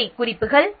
இவை குறிப்புகள்